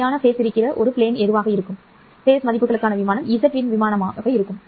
நிலையான Ф மதிப்புகளுக்கான விமானம் அல்லது z இன் விமானம் சரியானது